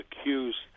accused